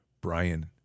Brian